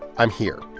i'm here.